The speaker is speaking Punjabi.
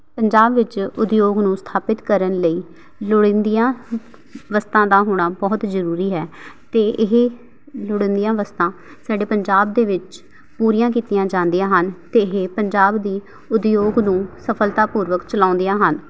ਪੰਜਾਬ ਵਿੱਚ ਉਦਯੋਗ ਨੂੰ ਸਥਾਪਿਤ ਕਰਨ ਲਈ ਲੋੜੀਂਦੀਆਂ ਵਸਤਾਂ ਦਾ ਹੋਣਾ ਬਹੁਤ ਜ਼ਰੂਰੀ ਹੈ ਅਤੇ ਇਹ ਲੋੜੀਂਦੀਆਂ ਵਸਤਾਂ ਸਾਡੇ ਪੰਜਾਬ ਦੇ ਵਿੱਚ ਪੂਰੀਆਂ ਕੀਤੀਆਂ ਜਾਂਦੀਆਂ ਹਨ ਅਤੇ ਇਹ ਪੰਜਾਬ ਦੇ ਉਦਯੋਗ ਨੂੰ ਸਫਲਤਾ ਪੂਰਵਕ ਚਲਾਉਂਦੀਆਂ ਹਨ